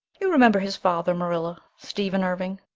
you remember his father, marilla. stephen irving,